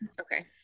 okay